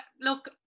Look